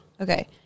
Okay